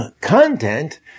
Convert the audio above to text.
content